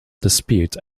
dispute